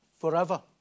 forever